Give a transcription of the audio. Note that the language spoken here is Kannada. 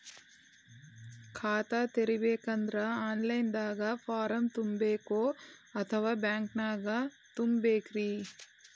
ಖಾತಾ ತೆಗಿಬೇಕಂದ್ರ ಆನ್ ಲೈನ್ ದಾಗ ಫಾರಂ ತುಂಬೇಕೊ ಅಥವಾ ಬ್ಯಾಂಕನ್ಯಾಗ ತುಂಬ ಬೇಕ್ರಿ?